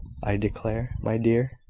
i declare. my dear!